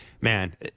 man